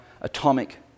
atomic